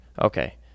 Okay